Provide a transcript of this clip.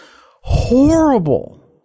horrible